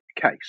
case